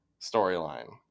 storyline